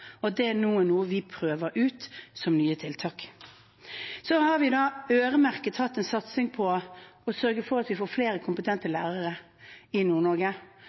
Det er noe vi nå prøver ut som et nytt tiltak. Vi har hatt en satsing for å sørge for at vi får flere kompetente lærere i